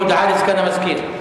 הודעה לסגן המזכירה.